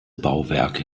bauwerk